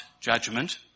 Judgment